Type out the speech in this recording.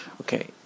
Okay